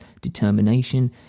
determination